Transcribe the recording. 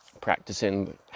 practicing